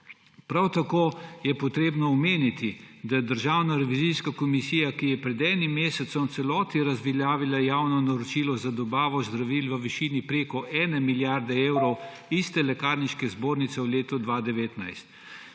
Prav tako je potrebno omeniti, da je Državna revizijska komisija pred enim mesecem v celoti razveljavila javno naročilo za dobavo zdravil v višini preko 1 milijarde evrov iste lekarniške zbornice v letu 2019.